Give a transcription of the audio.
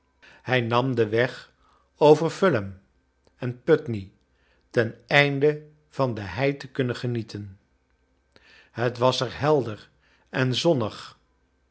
hij nam den weg over fulham en putney ten einde van de hei te kunnen genieten het was er helder en zonnig